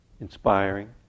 inspiring